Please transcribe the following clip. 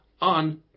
on